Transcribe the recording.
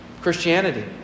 Christianity